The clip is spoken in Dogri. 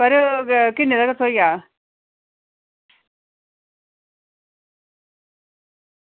करेओ कुदै किन्ने धोड़ी थ्होई जाह्ग